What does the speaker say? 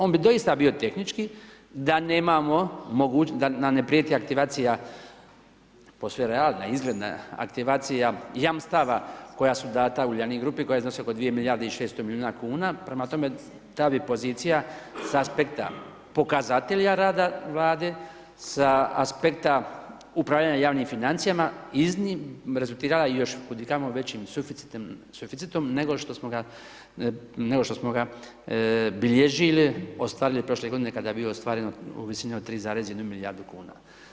On bi doista bio tehnički da nemamo, da nam ne prijeti aktivacija, posve realna izgledna, aktivacija jamstava koja su data Uljanik grupi koja iznosi oko 2 milijarde i 600 milijuna kuna prema tome ta bi pozicija s aspekta pokazatelja rada Vlade, sa aspekta upravljanja javnim financijama rezultirala još kud i kamo većim suficitom nego što smo ga, nego što smo ga bilježili ostvarili prošle godine kada je bio ostvaren u visini od 3,1 milijardu kuna.